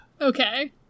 okay